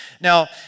Now